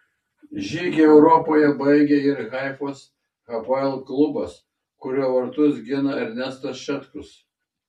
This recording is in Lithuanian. žygį europoje baigė ir haifos hapoel klubas kurio vartus gina ernestas šetkus